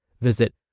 Visit